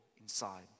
inside